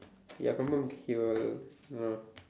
ya confirm he will uh